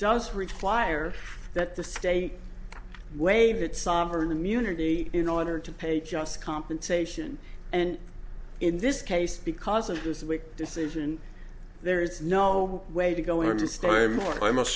does require that the state waive its sovereign immunity in order to pay just compensation and in this case because of this week decision there is no way to go into story more i must